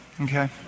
Okay